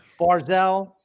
barzell